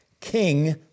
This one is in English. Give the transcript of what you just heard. King